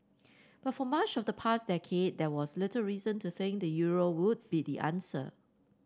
but for much of the past decade there was little reason to think the euro would be the answer